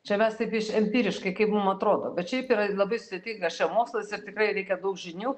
čia mes taip iš empiriškai kaip mum atrodo bet šiaip yra labai sudėtingas čia mokslas ir tikrai reikia daug žinių